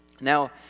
Now